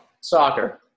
soccer